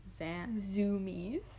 Zoomies